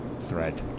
thread